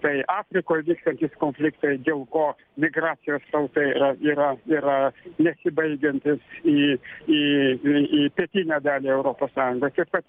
tai afrikoj vykstantys konfliktai dėl ko migracijos srautai yra yra nesibaigiantys į į į į pietinę dalį europos sąjungos taip kad